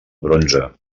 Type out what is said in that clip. bronze